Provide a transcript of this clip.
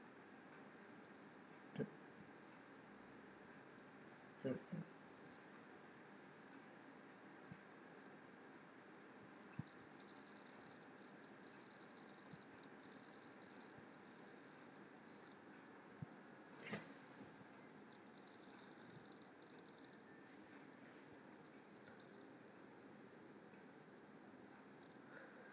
mm